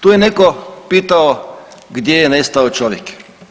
Tu je netko pitao gdje je nestao čovjek.